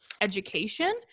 education